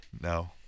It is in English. No